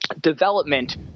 Development